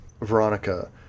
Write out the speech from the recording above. Veronica